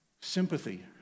sympathy